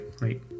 right